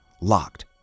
locked